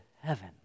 heaven